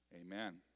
Amen